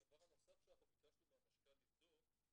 הדבר הנוסף שאנחנו ביקשנו מהמשכ"ל לבדוק,